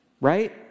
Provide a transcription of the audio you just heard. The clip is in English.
right